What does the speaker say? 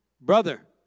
brother